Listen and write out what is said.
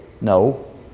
No